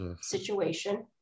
situation